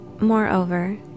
Moreover